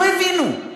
לא הבינו.